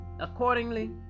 accordingly